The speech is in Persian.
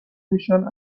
میشن